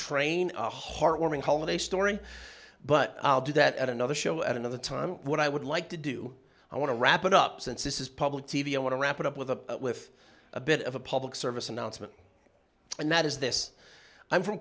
train a horse warming holiday story but i'll do that at another show at another time what i would like to do i want to wrap it up since this is public t v i want to wrap it up with a with a bit of a public service announcement and that is this i'm from